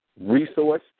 resource